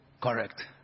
correct